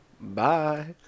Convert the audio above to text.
Bye